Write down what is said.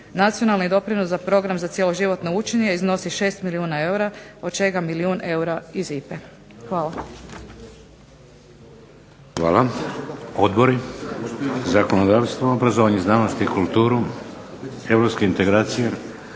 Nacionalni doprinos za program za Cjeloživotno učenje iznosi 6 milijuna eura, od čega milijun eura iz IPA-e. Hvala.